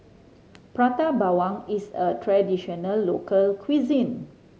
Prata Bawang is a traditional local cuisine